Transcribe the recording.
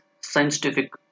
scientific